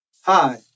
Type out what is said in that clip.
Hi